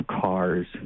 cars